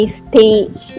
stage